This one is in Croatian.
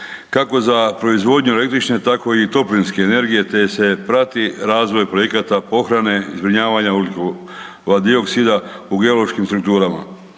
kako za proizvodnju električne, tako i toplinske energije te se prati razvoj projekata pohrane i zbrinjavanja ugljikova dioksida u geološkim strukturama.